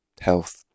health